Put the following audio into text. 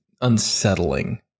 unsettling